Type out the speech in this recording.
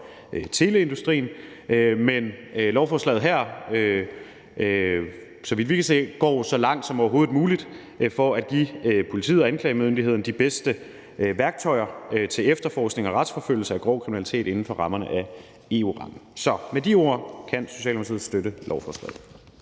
teleindustrien. Men lovforslaget her går, så vidt vi kan se, så langt som overhovedet muligt for at give politiet og anklagemyndigheden de bedste værktøjer til efterforskning og retsforfølgelse af grov kriminalitet inden for rammerne af EU-retten. Så med de ord kan Socialdemokratiet støtte lovforslaget.